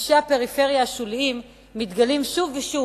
אנשי הפריפריה השוליים מתגלים שוב ושוב